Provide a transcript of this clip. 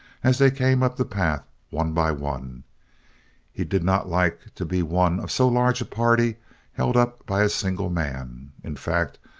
as they came up the path one by one he did not like to be one of so large a party held up by a single man. in fact,